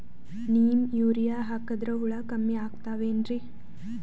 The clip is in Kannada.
ನೀಮ್ ಯೂರಿಯ ಹಾಕದ್ರ ಹುಳ ಕಮ್ಮಿ ಆಗತಾವೇನರಿ?